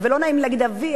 לא נעים לי להגיד "אבי",